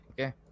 okay